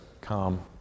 come